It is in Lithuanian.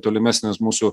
tolimesnis mūsų